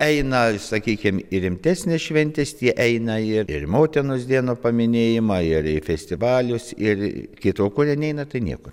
eina sakykim į rimtesnes šventes tie eina ir ir motinos dieno paminėjimą ir ir festivalius ir kito kurie neina tai niekur